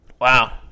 Wow